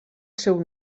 seu